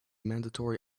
mandatory